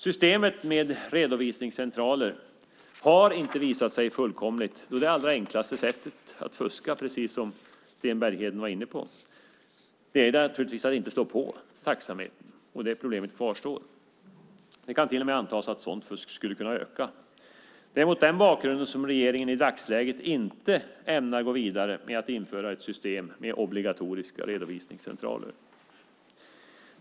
Systemet med redovisningscentraler har inte visat sig fullkomligt då det allra enklaste sättet att fuska, att inte slå på taxametern, kvarstår, precis som Sten Bergheden. Det kan till och med antas att sådant fusk skulle kunna öka. Det är mot denna bakgrund som regeringen i dagsläget inte ämnar gå vidare med att införa ett system med obligatoriska redovisningscentraler.